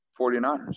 49ers